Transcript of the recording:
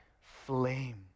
flame